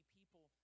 people